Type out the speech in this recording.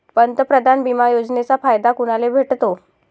पंतप्रधान बिमा योजनेचा फायदा कुनाले भेटतो?